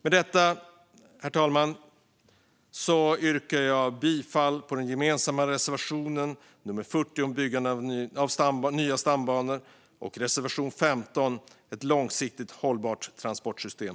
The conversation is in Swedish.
Med detta, herr talman, yrkar jag bifall till vår gemensamma reservation 40 om byggandet av nya stambanor och reservation 15 om ett långsiktigt hållbart transportsystem.